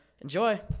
Enjoy